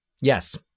Yes